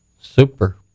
Super